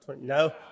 No